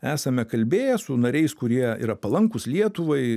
esame kalbėję su nariais kurie yra palankūs lietuvai